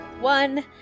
one